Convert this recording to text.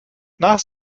nach